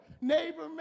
neighbor